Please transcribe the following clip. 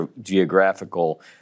geographical